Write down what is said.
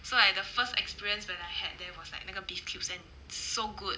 so I the first experience when I had there was like 那个 beef cubes s~ so good